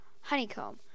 honeycomb